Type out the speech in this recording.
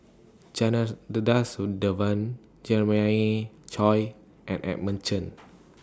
Janadadas Devan Jeremiah Choy and Edmund Chen